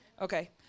okay